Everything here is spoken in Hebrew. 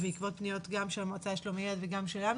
גם בעקבות פניות המועצה לשלום הילד וגם שלנו,